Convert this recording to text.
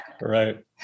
Right